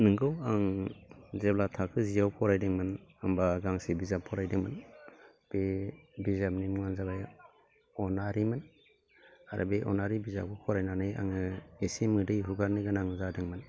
नोंगौ आं जेब्ला थाखो जियाव फरायदोंमोन होमबा गांसे बिजाब फरायदोंमोन बे बिजाबनि मुङानो जाबाय अनारिमोन आरो बे अनारि बिजाबखौ फरायनानै आङो एसे मोदै हुगारनो गोनां जादोंमोन